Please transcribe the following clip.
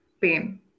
pain